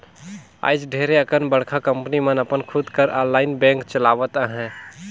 आएज ढेरे अकन बड़का कंपनी मन अपन खुद कर आनलाईन बेंक चलावत अहें